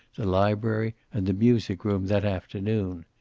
the library and the music room that afternoon.